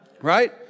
right